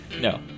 No